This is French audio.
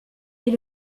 est